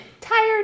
tired